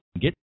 get